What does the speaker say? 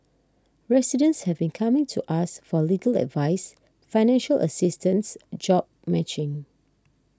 residents have been coming to us for legal advice financial assistance job matching